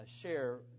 share